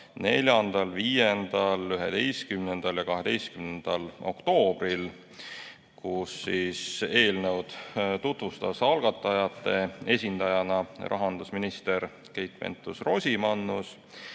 4., 5., 11. ja 12. oktoobril. Eelnõu tutvustas algatajate esindajana rahandusminister Keit Pentus-Rosimannus